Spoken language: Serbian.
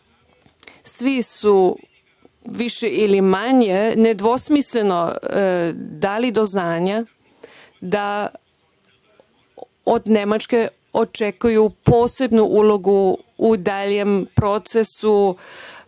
svi su više ili manje nedvosmisleno dali do znanja da od Nemačke očekuju posebnu ulogu u daljem procesu